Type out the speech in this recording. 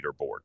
leaderboard